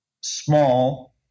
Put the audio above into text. small